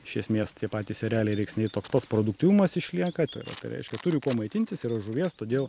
iš esmės tie patys ereliai rėksniai toks pats produktyvumas išlieka tai va tai reiškia turi kuo maitintis yra žuvies todėl